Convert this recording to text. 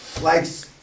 Likes